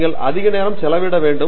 நீங்கள் அதிக நேரம் செலவிட வேண்டும்